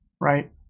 right